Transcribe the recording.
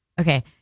Okay